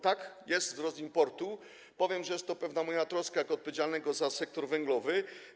Tak, jest wzrost importu, i powiem, że jest to pewną moją troską jako osoby odpowiedzialnej za sektor węglowy.